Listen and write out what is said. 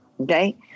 okay